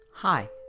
Hi